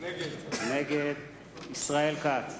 נגד ישראל כץ,